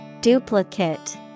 Duplicate